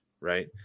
right